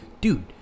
Dude